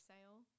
sale